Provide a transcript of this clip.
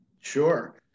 Sure